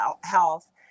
health